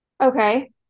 Okay